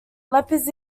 leipzig